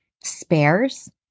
spares